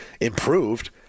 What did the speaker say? improved